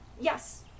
Yes